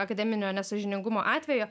akademinio nesąžiningumo atvejo